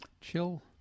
chill